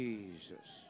Jesus